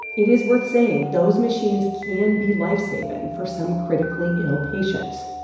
it is worth saying those machines can be lifesaving for some critically ill patients,